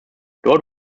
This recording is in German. dort